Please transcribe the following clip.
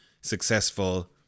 successful